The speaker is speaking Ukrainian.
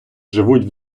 живуть